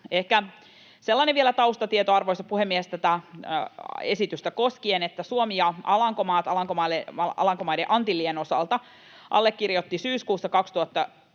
Ehkä sellainen taustatieto vielä, arvoisa puhemies, tätä esitystä koskien, että Suomi ja Alankomaat Alankomaiden Antillien osalta allekirjoittivat syyskuussa 2009